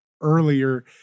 earlier